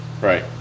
Right